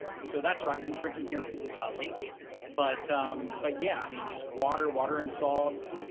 so that's what i've been drinking here lately but ah um but yeah, i mean just water, water and salts